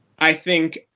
i think,